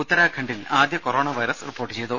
ഉത്തരാഖണ്ഡിൽ ആദ്യ coronavirus report ചെയ്തു